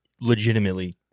legitimately –